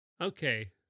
Okay